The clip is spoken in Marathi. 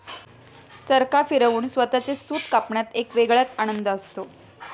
चरखा फिरवून स्वतःचे सूत कापण्यात एक वेगळाच आनंद असतो